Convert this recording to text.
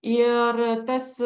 ir tas